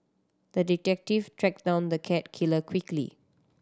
the detective tracked down the cat killer quickly